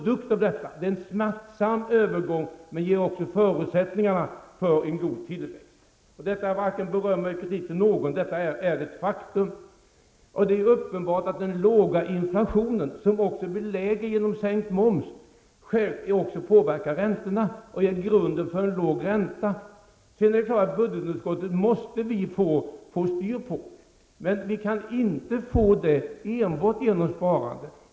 Det är en smärtsam övergång, men det ger också förutsättningarna för en god tillväxt. Det är inte fråga om att ge beröm eller kredit till någon. Det är ett faktum. Det är uppenbart att den låga inflationen, som dessutom blir lägre tack vare sänkt moms, också påverkar räntorna och alltså utgör grunden för en låg räntesats. Det är klart att vi måste få styrsel på budgetunderskottet. Men vi får det inte enbart med hjälp av sparande.